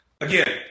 Again